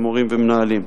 ממורים וממנהלים.